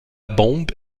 bombe